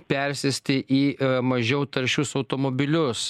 persėsti į mažiau taršius automobilius